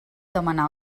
demanar